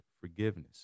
forgiveness